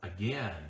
again